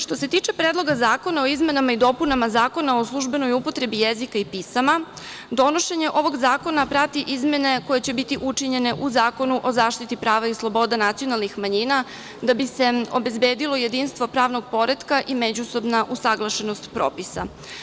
Što se tiče Predloga zakona o izmenama i dopunama Zakona o službenoj upotrebi jezika i pisama, donošenje ovog zakona prate izmene koje će biti učinjene u Zakonu o zaštiti prava i sloboda nacionalnih manjina da bi se obezbedilo jedinstvo pravnog poretka i međusobna usaglašenost propisa.